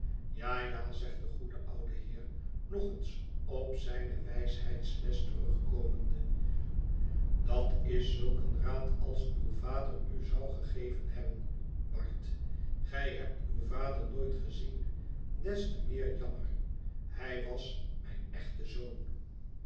ja ja zegt de goede oude heer nog eens op zijne wijsheidsles terugkomende dat is zulk een raad als uw vader u zou gegeven hebben bart gij hebt uw vader nooit gezien des te meer jammer hij was mijn echte zoon